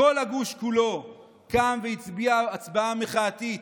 כל הגוש כולו קם והצביע הצבעה מחאתית.